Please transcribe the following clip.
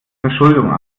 verschuldung